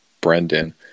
Brendan